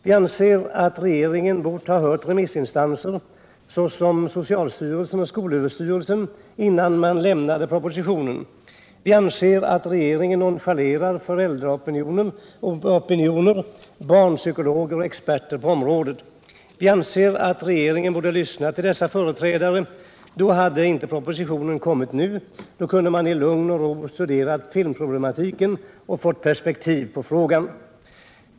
Vi anser att regeringen borde ha hört remissinstanser som socialstyrelsen och skolöverstyrelsen, innan man lade fram propositionen. Vi anser att regeringen nonchalerar föräldraopinioner, barnpsykologer och experter på området. Vi anser att regeringen borde ha lyssnat till dem. Då hade inte propositionen kommit nu och man kunde i lugn och ro ha studerat filmproblematiken och fått perspektiv på frågan.